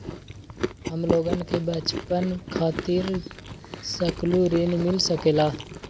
हमलोगन के बचवन खातीर सकलू ऋण मिल सकेला?